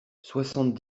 soixante